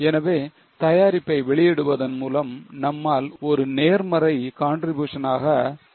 எனவே தயாரிப்பை வெளியிடுவதன் மூலம் நம்மால் ஒரு நேர்மறை contribution ஆக 0